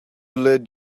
lad